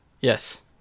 Yes